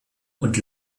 und